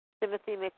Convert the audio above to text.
Timothy